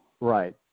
Right